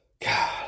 God